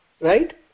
right